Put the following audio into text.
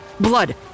Blood